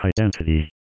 identity